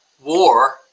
war